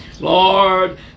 Lord